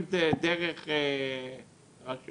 אם זה דרך הרשויות,